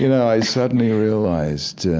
you know i suddenly realized